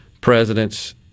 presidents